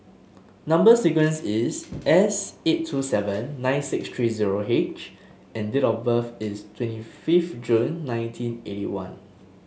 number sequence is S eight two seven nine six three zero H and date of birth is twenty fifth June nineteen eighty one